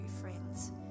friends